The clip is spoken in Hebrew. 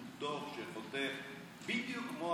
הוא דוח שנותן בדיוק כמו